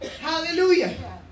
hallelujah